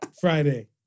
Friday